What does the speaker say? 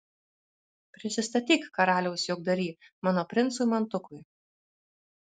prisistatyk karaliaus juokdary mano princui mantukui